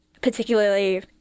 particularly